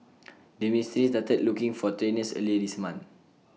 the ministry started looking for trainers earlier this month